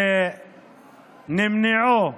שנמנעו